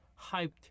hyped